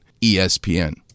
ESPN